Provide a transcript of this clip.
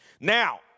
Now